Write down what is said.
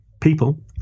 people